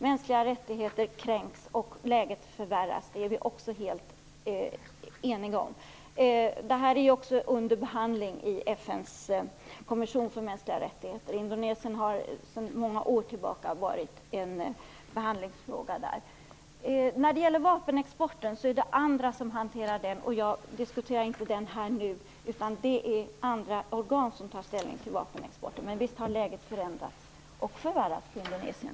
Mänskliga rättigheter kränks och läget förvärras. Det är vi helt eniga om. Detta är ju också under behandling i FN:s kommission för mänskliga rättigheter. Indonesien har sedan många år tillbaka varit en fråga som behandlats där. Vapenexporten är det andra som hanterar, så jag diskuterar inte den här nu. Det är andra organ som tar ställning till vapenexporten. Men visst har läget förändrats och förvärrats i Indonesien.